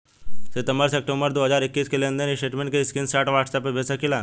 सितंबर से अक्टूबर दो हज़ार इक्कीस के लेनदेन स्टेटमेंट के स्क्रीनशाट व्हाट्सएप पर भेज सकीला?